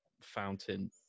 fountain